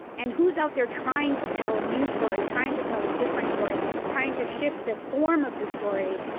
and who's out there trying to tell a new story, trying to tell a different story, trying to shift the form of the story,